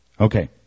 Okay